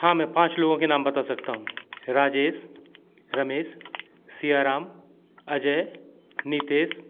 हाँ मैं पाँच लोगों के नाम बता सकता हूँ राजेश रमेश सियाराम अजय नितेश